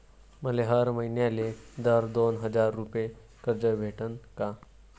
मले हर मईन्याले हर दोन हजार रुपये कर्ज भेटन का?